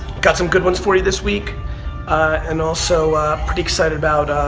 got some good ones for you this week and also pretty excited about